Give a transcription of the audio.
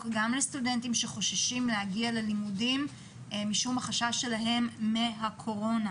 גם לסטודנטים שחוששים להגיע ללימודים בגלל החשש שלהם מהקורונה.